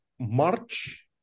March